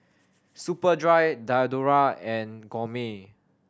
Superdry Diadora and Gourmet